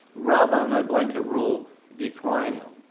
rather than by blanket rule decrying them.